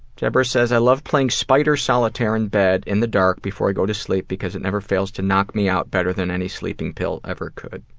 debra says i love playing spider solitaire in bed in the dark, before i go to sleep, because it never fails to knock me out better than any sleeping pill ever could.